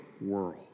world